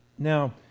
Now